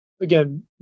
again